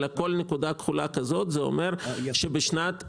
כל נקודה כחולה כזו אומרת שבשנת 22'